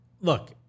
Look